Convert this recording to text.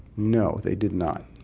no, they did not.